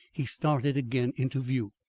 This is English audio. he started again into view,